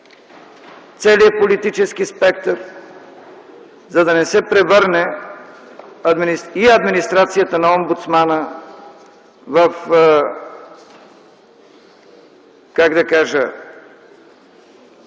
целият политически спектър, за да не се превърне и администрацията на омбудсмана в една